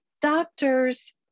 doctors